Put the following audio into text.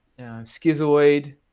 schizoid